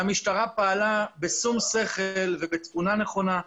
והמשטרה פעלה בשום שכל ובתבונה נכונה,